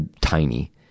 tiny